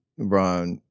LeBron